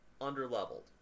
under-leveled